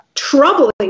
troubling